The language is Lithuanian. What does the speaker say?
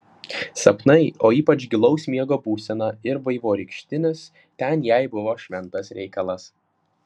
sapnai o ypač gilaus miego būsena ir vaivorykštinis ten jai buvo šventas reikalas